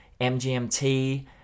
MGMT